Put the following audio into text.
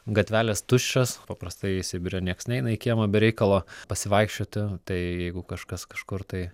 gatvelės tuščios paprastai sibire nieks neina į kiemą be reikalo pasivaikščioti tai jeigu kažkas kažkur tai